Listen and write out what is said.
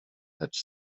lecz